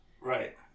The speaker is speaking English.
Right